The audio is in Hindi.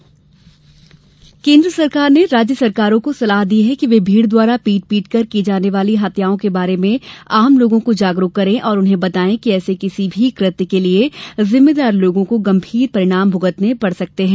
भीड़ की हिंसा केन्द्र सरकार ने राज्य सरकारों को सलाह दी है कि वे भीड़ द्वारा पीट पीटकर की जाने वाली हत्याओं के बारे में आम लोगों को जागरूक करें और उन्हें बतायें कि ऐसे किसी भी कृत्य के लिये जिम्मेदार लोगों को गंभीर परिणाम भूगतने पड़ सकते हैं